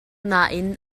nain